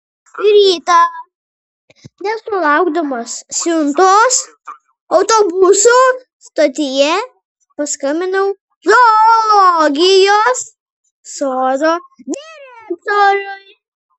rytą nesulaukdamas siuntos autobusų stotyje paskambinau zoologijos sodo direktoriui